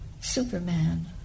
Superman